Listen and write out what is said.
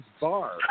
bar